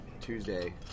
Tuesday